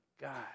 God